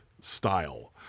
style